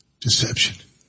deception